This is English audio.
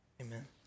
Amen